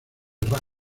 ray